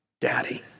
daddy